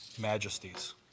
majesties